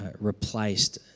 replaced